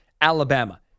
Alabama